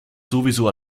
sowieso